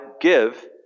give